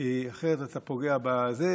כי אחרת אתה פוגע בזה.